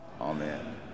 amen